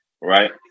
Right